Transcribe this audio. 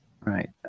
Right